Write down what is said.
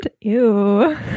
Ew